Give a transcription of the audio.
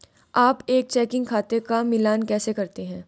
आप एक चेकिंग खाते का मिलान कैसे करते हैं?